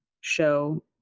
show